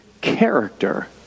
character